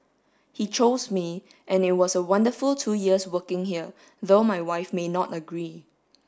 he chose me and it was a wonderful two years working here though my wife may not agree